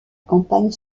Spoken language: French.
campagne